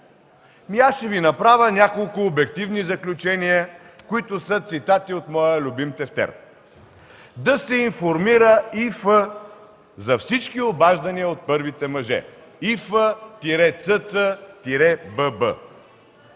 Аз ще направя няколко обективни заключения, които са цитати от моя любим тефтер: „Да се информира И.Ф. за всички обаждания от първите мъже: И.Ф.